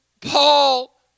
Paul